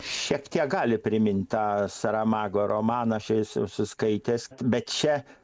šiek tiek gali primint tą saramago romaną aš esu skaitęs bet čia